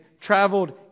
traveled